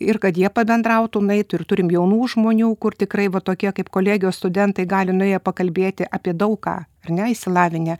ir kad jie pabendrautų nueitų ir turim jaunų žmonių kur tikrai va tokie kaip kolegijos studentai gali nuėję pakalbėti apie daug ką ar ne išsilavinę